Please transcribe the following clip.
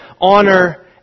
honor